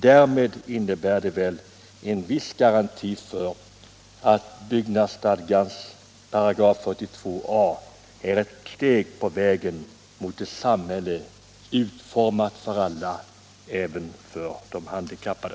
Detta innebär väl en viss garanti för att 42 a § byggnadsstadgan är ett steg på vägen mot ett samhälle utformat för alla, även för de handikappade.